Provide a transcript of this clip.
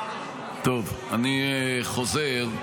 טוב, אני חוזר.